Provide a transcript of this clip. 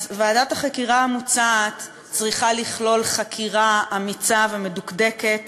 ועדת החקירה המוצעת צריכה לכלול חקירה אמיצה ומדוקדקת